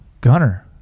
Gunner